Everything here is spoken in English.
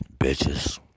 bitches